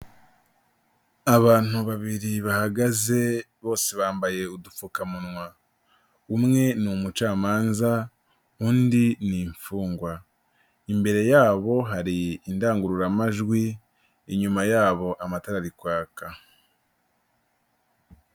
Abantu babiri bahagaze, bose bambaye udupfukamunwa, umwe ni umucamanza undi ni imfungwa, imbere yabo hari indangururamajwi, inyuma yabo amatara ari kwaka.